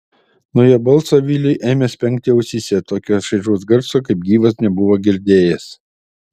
nuo jo balso viliui ėmė spengti ausyse tokio šaižaus garso kaip gyvas nebuvo girdėjęs